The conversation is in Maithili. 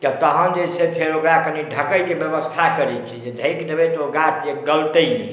तऽ तहन जे फेर ओकरा कने ढकयके व्यवस्था करै छी ढकि देबै तऽ ओ गाछ जे गलतै नहि